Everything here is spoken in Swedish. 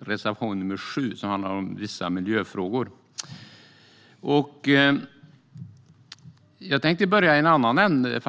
reservation nr 7, som handlar om vissa miljöfrågor. Jag tänkte börja i en annan ände.